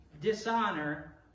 dishonor